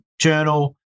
Journal